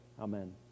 amen